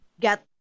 get